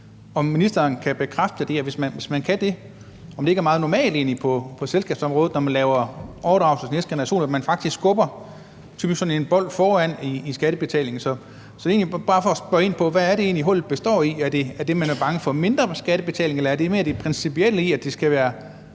Kan ministeren bekræfte det? Og hvis han kan det, er det så egentlig ikke meget normalt på selskabsområdet, når man laver overdragelse til næste generation, at man så typisk skubber sådan en bold foran i skattebetaling? Så det er egentlig bare for at spørge ind til, hvad det egentlig er, hullet består i. Er det, fordi man er bange for mindre skattebetaling, eller er det mere det principielle i, at det skal være